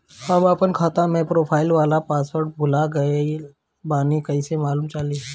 हम आपन खाता के प्रोफाइल वाला पासवर्ड भुला गेल बानी कइसे मालूम चली?